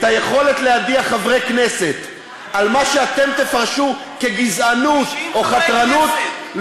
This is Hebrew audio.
את היכולת להדיח חברי כנסת על מה שאתם תפרשו כגזענות או חתרנות,